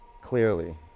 clearly